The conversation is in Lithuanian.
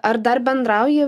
ar dar bendrauji